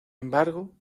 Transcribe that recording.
embargo